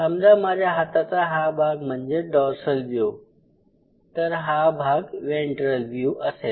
समजा माझ्या हाताचा हा भाग म्हणजे डॉर्सल व्यू तर हा भाग वेन्ट्रल व्यू असेल